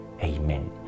Amen